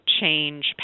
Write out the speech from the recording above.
change